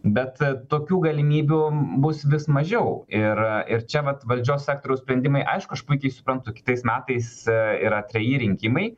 bet tokių galimybių bus vis mažiau ir ir čia vat valdžios sektoriaus sprendimai aišku aš puikiai suprantu kitais metais yra treji rinkimai